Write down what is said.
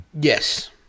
Yes